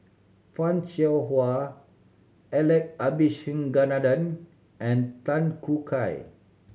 Fan Shao Hua Alex Abisheganaden and Tan Choo Kai